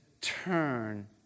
turn